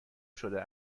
شده